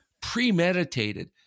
premeditated